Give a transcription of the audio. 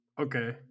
Okay